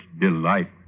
delight